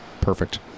perfect